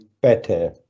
better